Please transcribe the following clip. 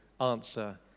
answer